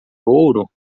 ouro